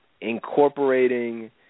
incorporating